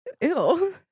ew